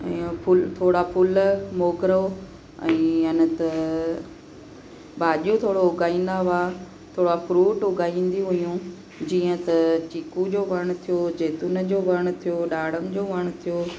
ऐं फुल थोड़ा फुल मोगरो ऐं अञा त भाॼियूं थोरो उगाईंदा हुआ थोरा फ्रूट उगाईंदी हुयूं जीअं त चीकू जो वण थियो जैतुन जो वण थियो डाणम जो वण थियो